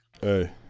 Hey